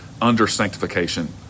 under-sanctification